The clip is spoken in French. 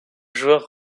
joueur